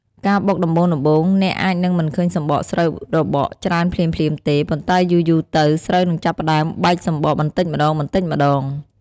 ការបុកដំបូងៗ អ្នកអាចនឹងមិនឃើញសម្បកស្រូវរបកច្រើនភ្លាមៗទេ ប៉ុន្តែយូរៗទៅ ស្រូវនឹងចាប់ផ្តើមបែកសម្បកបន្តិចម្តងៗ។